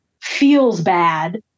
feels-bad